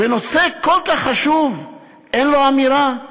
בנושא כל כך חשוב אין לו אמירה?